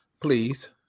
please